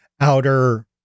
outer